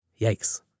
Yikes